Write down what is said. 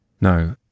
No